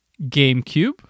GameCube